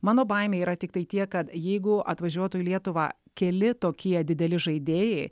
mano baimė yra tiktai tiek kad jeigu atvažiuotų į lietuvą keli tokie dideli žaidėjai